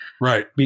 right